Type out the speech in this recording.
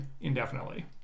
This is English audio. indefinitely